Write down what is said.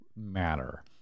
matter